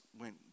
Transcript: went